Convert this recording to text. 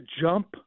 jump